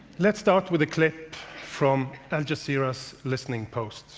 let's start with a clip from al jazeera's listening post